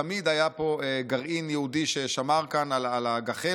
תמיד היה פה גרעין יהודי ששמר כאן על הגחלת,